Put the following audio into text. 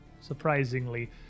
surprisingly